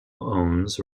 owns